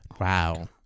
wow